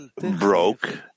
broke